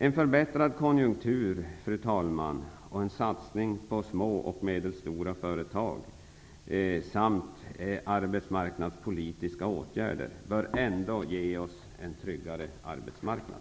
En förbättrad konjunktur, fru talman, och en satsning på små och medelstora företag samt arbetsmarknadspolitiska åtgärder bör ändå ge oss en tryggare arbetsmarknad.